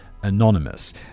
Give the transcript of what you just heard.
anonymous